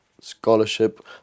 scholarship